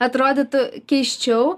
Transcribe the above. atrodytų keisčiau